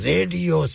Radio